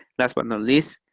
last but not least,